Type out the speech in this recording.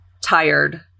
tired